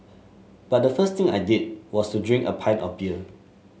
but the first thing I did was to drink a pint of beer